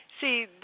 See